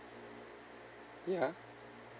ya